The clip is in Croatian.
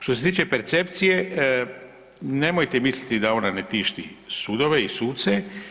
Što se tiče percepcije nemojte misliti da ona ne tišti sudove i suce.